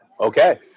Okay